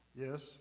Yes